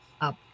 up